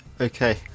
okay